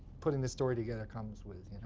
putting this story together comes with,